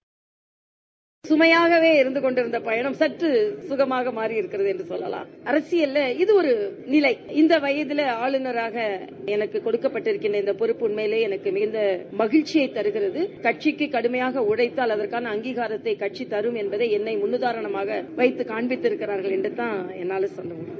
sound bite Tamilisai சுமையாக இருந்து கொண்டிருந்த இந்த பயணம் சற்று சுகமாக மாறியிருக்கிறது என்று சொல்லலாம் அரசியலிலே இதுவொரு நிலை இந்த வயதிலே ஆளுநராக எனக்கு கொடுக்கப்பட்டுள்ள இந்த பொறுப்பு உண்மையிலேயே எனக்கு மிகுந்த மகிழ்ச்சியை தருகிறது கட்சிக்கு கடுமையாக உளழத்து அதற்கான அங்கீகாத்தை கட்சி தரும் என்பதை என்னை முன்னுகாரணமாக வைத்து காண்பித்திருக்கிறார்கள் என்றுகான் என்னால் சொல்ல முடியும்